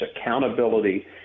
accountability